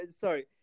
sorry